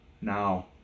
now